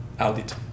audit